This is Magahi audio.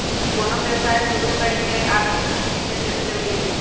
कोनो व्यवसाय शुरू करे लेल आर्थिक पूजी के सेहो जरूरी होइ छै